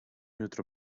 jutro